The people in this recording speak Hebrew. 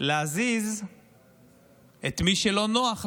להזיז את מי שלא נוח לשלטון,